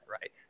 Right